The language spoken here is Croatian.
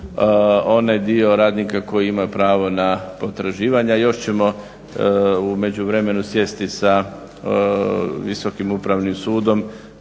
onaj dio radnika koji ima pravo na potraživanja. Još ćemo u međuvremenu sjesti sa Visokim upravnim sudom